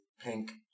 pink